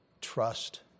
trust